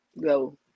go